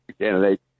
candidate